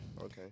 Okay